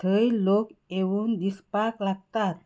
थंय लोक येवून दिसपाक लागतात